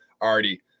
already